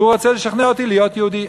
והוא רוצה לשכנע אותי להיות יהודי.